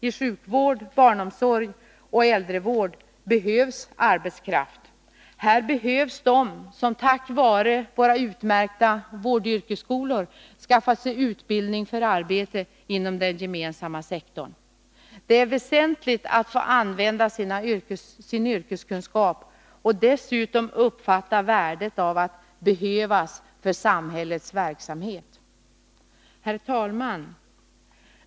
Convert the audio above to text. I sjukvård, barnomsorg och äldrevård behövs arbetskraft. Här behövs de som tack vare våra utmärkta vårdyrkesskolor har skaffat sig utbildning för arbetet inom den gemensamma sektorn. Det är väsentligt att få använda sin yrkeskunskap och dessutom uppfatta värdet av att behövas för samhällets verksamhet. Herr talman!